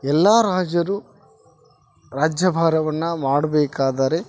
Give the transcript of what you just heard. ಎಲ್ಲಾ ರಾಜರು ರಾಜ್ಯಭಾರವನ್ನ ಮಾಡಬೇಕಾದರೆ